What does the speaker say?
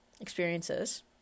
experiences